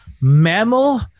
mammal